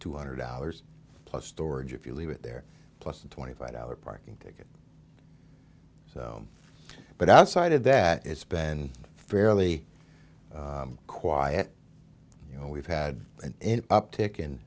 two hundred dollars plus storage if you leave it there plus a twenty five dollars parking ticket but outside of that it's been fairly quiet you know we've had an end up tick in